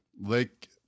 Lake